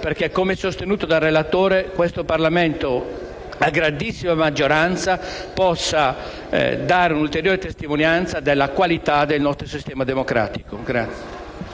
perché, come sostenuto dal relatore, questo Parlamento a grandissima maggioranza possa dare un'ulteriore testimonianza della qualità del nostro sistema democratico.